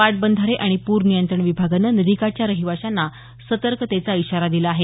पाटबंधारे आणि पूरनियंत्रण विभागानं नदीकाठच्या रहिवाशांना सतर्कतेचा इशारा दिला आहे